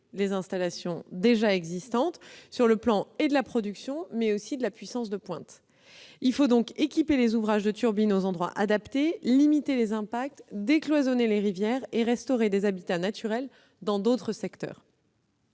les installations existantes, sur le plan de la production et de la puissance de pointe. Il faut donc équiper les ouvrages de turbines aux endroits adaptés, limiter les impacts, décloisonner les rivières et restaurer des habitats naturels dans d'autres secteurs.